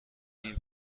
این